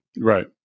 Right